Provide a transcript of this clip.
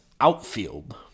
outfield